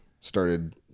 started